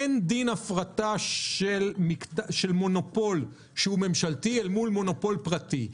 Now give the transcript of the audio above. אין דין הפרטה של מונופול ממשלתי כדין הפרטה של מונופול פרטי.